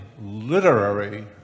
literary